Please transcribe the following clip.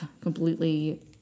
completely